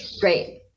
Great